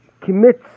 commits